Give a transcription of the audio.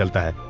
there